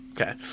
Okay